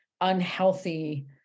unhealthy